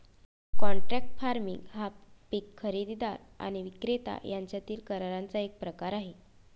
contract farming हा पीक खरेदीदार आणि विक्रेता यांच्यातील कराराचा एक प्रकार आहे